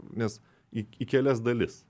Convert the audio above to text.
nes į į kelias dalis